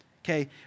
Okay